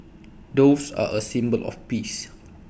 doves are A symbol of peace